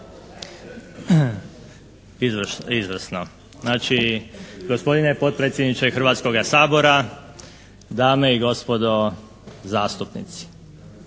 Izvrsno. Znači gospodine potpredsjedniče Hrvatskoga sabora, dame i gospodo zastupnici.